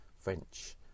French